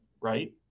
right